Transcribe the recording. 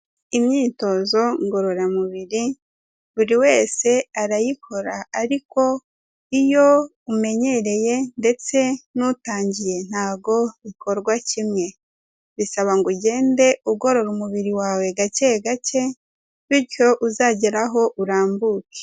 Imyitozo ngororamubiri buri wese arayikora, ariko iyo umenyereye ndetse n'utangiye ntabwo bikorwa kimwe. Bisaba ngo ugende ugorora umubiri wawe gake gake, bityo uzageraho urambuke.